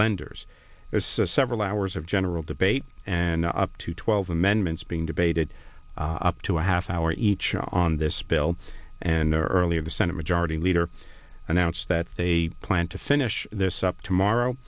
lenders as several hours of general debate and up to twelve amendments being debated up to a half hour each on this bill and earlier the senate majority leader announced that they plan to finish this up tomorrow